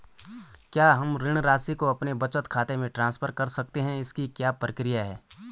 क्या हम ऋण राशि को अपने बचत खाते में ट्रांसफर कर सकते हैं इसकी क्या प्रक्रिया है?